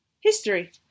history